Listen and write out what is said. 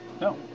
No